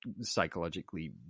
psychologically